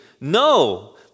no